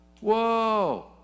Whoa